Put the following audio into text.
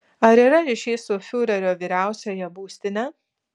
ar yra ryšys su fiurerio vyriausiąja būstine